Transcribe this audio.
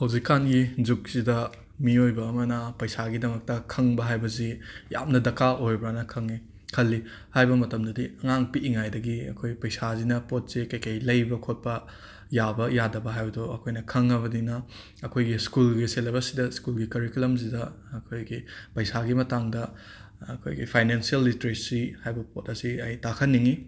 ꯍꯧꯖꯤꯛꯀꯥꯟꯒꯤ ꯖꯨꯛꯁꯤꯗ ꯃꯤꯑꯣꯏꯕ ꯑꯃꯅ ꯄꯩꯁꯥꯒꯤꯗꯃꯛꯇ ꯈꯪꯕ ꯍꯥꯏꯕꯖꯤ ꯌꯥꯝꯅ ꯗꯀꯥ ꯑꯣꯏꯕ꯭ꯔꯥꯅ ꯈꯪꯏ ꯈꯜꯂꯤ ꯍꯥꯏꯕ ꯃꯇꯝꯗꯗꯤ ꯑꯉꯥꯡ ꯄꯤꯛꯏꯉꯥꯏꯗꯒꯤ ꯑꯩꯈꯣꯏ ꯄꯩꯁꯥꯁꯤꯅ ꯄꯣꯠ ꯆꯩ ꯀꯩ ꯀꯩ ꯂꯩꯕ ꯈꯣꯠꯄ ꯌꯥꯕ ꯌꯥꯗꯕ ꯍꯥꯏꯕꯗꯣ ꯑꯩꯈꯣꯏꯅ ꯈꯪꯂꯕꯅꯤꯅ ꯑꯩꯈꯣꯏꯒꯤ ꯁ꯭ꯀꯨꯜꯒꯤ ꯁꯦꯂꯦꯕꯁꯁꯤꯗ ꯁ꯭ꯀꯨꯜꯒꯤ ꯀꯔꯤꯀꯨꯂꯝꯁꯤꯗ ꯑꯩꯈꯣꯏꯒꯤ ꯄꯩꯁꯥꯒꯤ ꯃꯇꯥꯡꯗ ꯑꯩꯈꯣꯏꯒꯤ ꯐꯥꯏꯅꯦꯟꯁꯤꯌꯦꯜ ꯂꯤꯇ꯭ꯔꯦꯁꯤ ꯍꯥꯏꯕ ꯄꯣꯠ ꯑꯁꯤ ꯑꯩ ꯇꯥꯛꯍꯟꯅꯤꯡꯏ